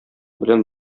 белән